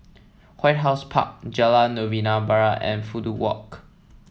White House Park Jalan Novena Barat and Fudu Walk